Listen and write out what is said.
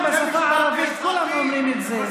זה פתגם בשפה הערבית, כולם אומרים את זה.